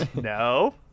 no